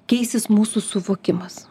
keisis mūsų suvokimas